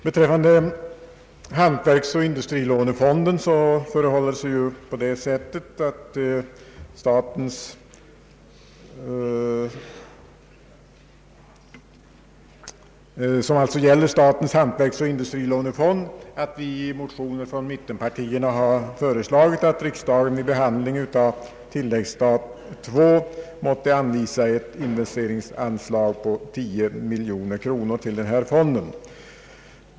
Beträffande statens hantverksoch industrilånefond har vi i motioner från mittenpartierna föreslagit att riksdagen vid behandlingen av tilläggsstat II måtte anvisa ett investeringsanslag på 10 miljoner kronor till denna fond.